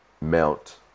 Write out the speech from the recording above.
Mount